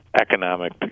economic